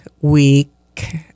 week